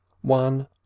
one